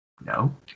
No